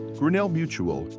grinnell mutual.